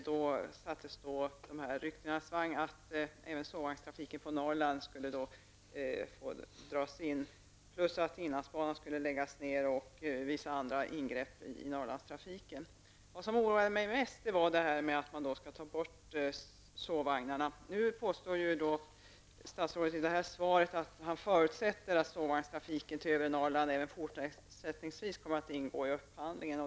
Då sattes rykten i svang om att även sovvagnstrafiken på Norrland skulle dras in, att inlandsbanan skulle läggas ned och att vissa andra ingrepp i Norrlandstrafiken skulle göras. Vad som oroade mig mest var att sovvagnstrafiken skulle tas bort. Nu påstår ju statsrådet i svaret att han förutsätter att sovvagnstrafiken till övre Norrland även fortsättningsvis kommer att ingå i upphandlingen.